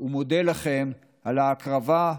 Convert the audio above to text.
ומודה לכם על ההקרבה,